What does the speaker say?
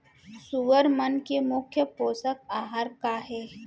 सुअर मन के मुख्य पोसक आहार का हे?